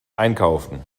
einkaufen